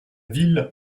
ville